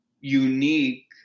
unique